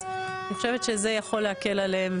אז אני חושבת שזה גם יכול להקל עליהם,